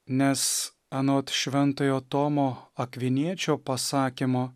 nes anot šventojo tomo akviniečio pasakymo